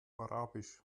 arabisch